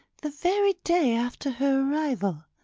the very day after her arrival,